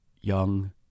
young